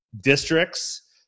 districts